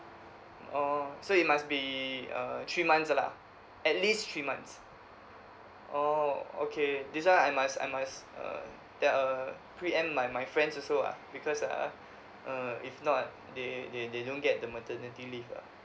orh so it must be uh three months lah at least three months orh okay this one I must I must uh that uh pre aim my my friends also ah because ah uh if not they they don't get the maternity leave ah